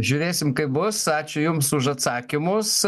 žiūrėsim kaip bus ačiū jums už atsakymus